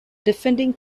defending